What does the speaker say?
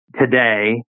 today